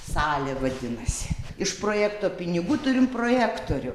salė vadinasi iš projekto pinigų turim projektorių